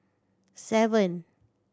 seven